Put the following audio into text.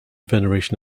veneration